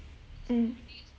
mmhmm